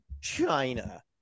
China